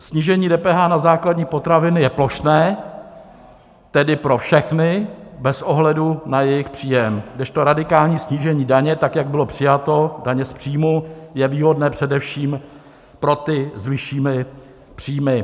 Snížení DPH na základní potraviny je plošné, tedy pro všechny bez ohledu na jejich příjem, kdežto radikální snížení daně, tak jak bylo přijato, daně z příjmů, je výhodné především pro ty s vyššími příjmy.